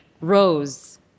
rose